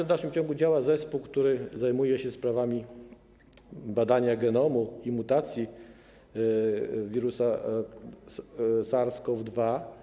W dalszym ciągu działa zespół, który zajmuje się sprawami badania genomu i mutacji wirusa SARS-CoV-2.